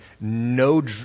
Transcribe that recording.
no